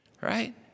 Right